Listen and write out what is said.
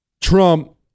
Trump